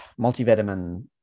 multivitamin